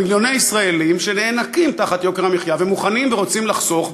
מיליוני ישראלים שנאנקים תחת יוקר המחיה ומוכנים ורוצים לחסוך,